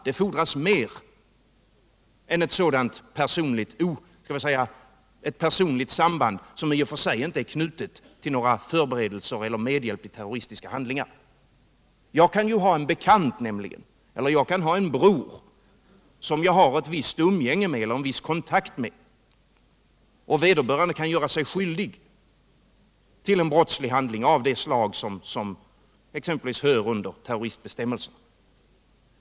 Det fordras mer än ett personligt samband, som i och för sig inte är knutet till förberedelser eller medhjälp till terroristiska handlingar. Jag kan ju ha en bekant, eller jag kan ha en bror som jag har ett visst umgänge eller en viss kontakt med, och vederbörande kan göra sig skyldig till en brottslig handling av det slag som faller under terroristbestämmelserna.